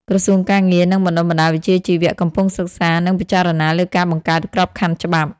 ក្រសួងការងារ និងបណ្តុះបណ្តាលវិជ្ជាជីវៈ កំពុងសិក្សា និងពិចារណាលើការបង្កើតក្របខ័ណ្ឌច្បាប់។